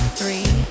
three